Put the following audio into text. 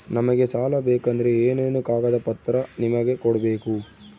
ನಮಗೆ ಸಾಲ ಬೇಕಂದ್ರೆ ಏನೇನು ಕಾಗದ ಪತ್ರ ನಿಮಗೆ ಕೊಡ್ಬೇಕು?